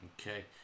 Okay